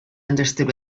understood